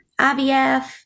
IVF